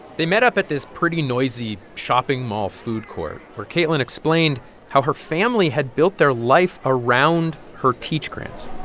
they met up at this pretty noisy shopping mall food court where kaitlyn explained how her family had built their life around her teach grants